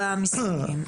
משחקים.